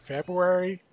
February